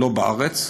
לא בארץ,